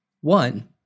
One